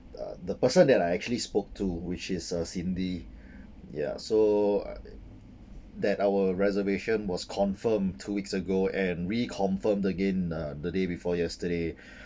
uh the person that I actually spoke to which is uh cindy ya so that our reservation was confirmed two weeks ago and reconfirmed again uh the day before yesterday